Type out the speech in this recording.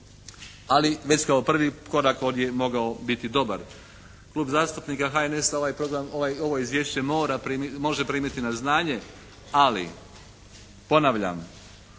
Ali već kao prvi korak ovdje bi mogao biti dobar. Klub zastupnika HNS-a ovo izvješće može primiti na znanje. Ali ponavljam,